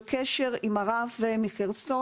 לא מסכימה עם המסר הזה.